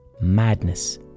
madness